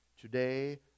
Today